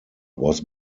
was